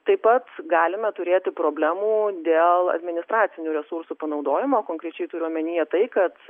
taip pat galime turėti problemų dėl administracinių resursų panaudojimo konkrečiai turiu omenyje tai kad